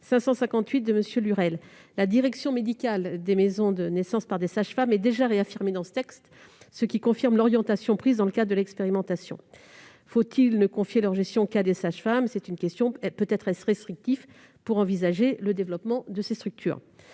la direction médicale des maisons de naissance par des sages-femmes est déjà réaffirmée dans le texte, ce qui confirme l'orientation prise dans le cadre de l'expérimentation. Faut-il ne confier leur gestion qu'à des sages-femmes ? Peut-être est-ce restrictif pour envisager le développement de ces structures